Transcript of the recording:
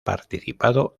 participado